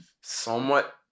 somewhat